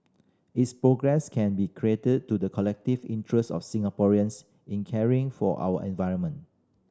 its progress can be credited to the collective interest of Singaporeans in caring for our environment